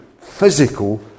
physical